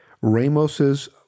Ramos's